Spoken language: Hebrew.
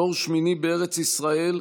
דור שמיני בארץ ישראל,